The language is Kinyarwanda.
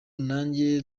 nanjye